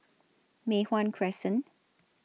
Mei Hwan Crescent